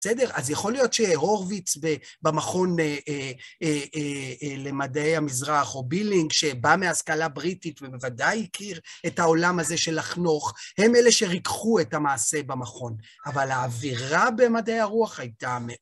בסדר? אז יכול להיות שהורוויץ במכון למדעי המזרח או בילינג שבא מהשכלה בריטית ובוודאי הכיר את העולם הזה של החנוך, הם אלה שריקחו את המעשה במכון. אבל האווירה במדעי הרוח הייתה...